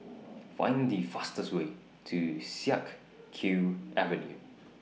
Find The fastest Way to Siak Kew Avenue